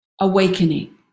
awakening